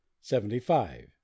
Seventy-five